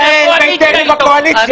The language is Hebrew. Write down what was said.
חברים בקואליציה.